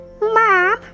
Mom